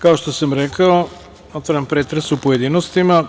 Kao što sam rekao, otvaram pretres u pojedinostima.